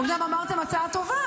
אומנם אמרתם שההצעה טובה,